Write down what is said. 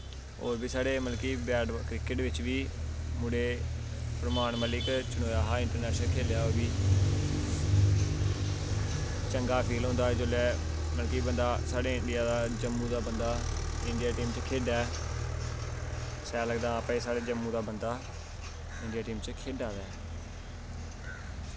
होर बी साढ़े मतलब कि बैट क्रिकेट बिच्च बी मुड़े इमरान मलिक चनोएआ हा इंट्रनैशनल खेलेआ ओह् बी चंगा फील होंदा जेल्लै मतलब कि बंदा साढ़े इंडिया दा जम्मू दा बंदा इंडिया टीम च खेढै शैल लगदा हां भाई साढ़े जम्मू दा बंदा इंडिया टीम च खेढा दा ऐ